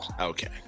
Okay